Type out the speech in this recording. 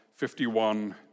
51